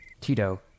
Tito